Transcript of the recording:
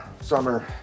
Summer